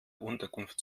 unterkunft